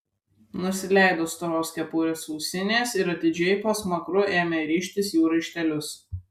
nusileido storos kepurės ausines ir atidžiai po smakru ėmė rištis jų raištelius